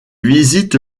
visite